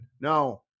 No